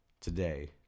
today